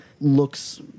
looks